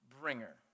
bringer